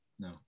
no